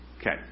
Okay